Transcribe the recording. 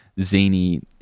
zany